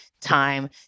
time